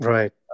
Right